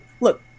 Look